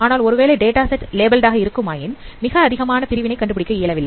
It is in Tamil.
ஆனால் ஒருவேளை டேட்டாசெட் லேபல் இட் ஆக இருக்குமாயின் மிக அதிக பிரிவினை கண்டுபிடிக்க இயலவில்லை